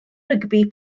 rygbi